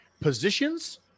positions